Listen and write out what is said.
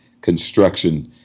construction